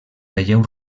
relleu